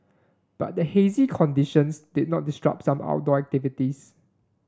but the hazy conditions did not disrupt some outdoor activities